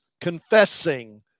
confessing